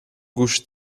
گوش